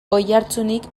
oihartzunik